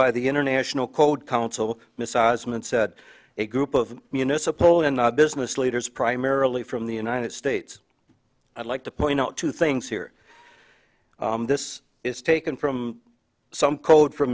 by the international code council massaged and said a group of municipal and business leaders primarily from the united states i'd like to point out two things here this is taken from some code f